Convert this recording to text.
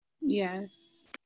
Yes